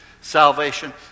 salvation